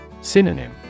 Synonym